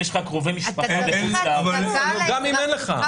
אם יש לך קרובי משפחה בחוץ לארץ --- גם אם אין לך.